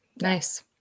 nice